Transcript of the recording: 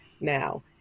Now